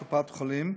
קופת-החולים.